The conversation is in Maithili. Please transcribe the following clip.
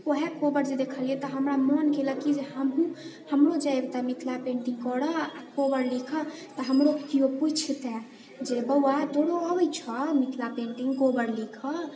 ओएह कोबर जे देखलिऐ तऽ हमरा मन केलक की जे हमहुँ हमरो जे अबिते मिथिला पेंटिङ्ग करऽ आ कोबर लिखऽ तऽ हमरो केओ पूछतै जे बौआ तोरो अबैत छौ मिथिला पेंटिङ्ग कोबर लिखऽ